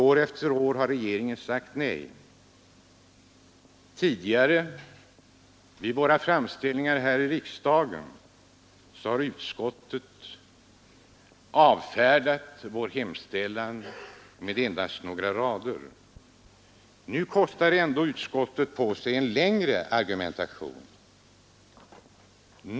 År efter år har regeringen sagt nej. Tidigare vid våra framställningar här i riksdagen har utskottet avfärdat vår hemställan med endast några få rader. Nu kostar ändå utskottet på sig en längre argumentation.